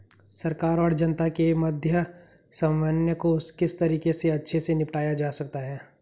सरकार और जनता के मध्य समन्वय को किस तरीके से अच्छे से निपटाया जा सकता है?